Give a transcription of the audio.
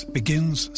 begins